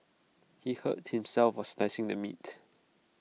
he hurt himself while slicing the meat